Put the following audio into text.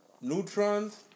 neutrons